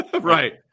Right